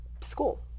school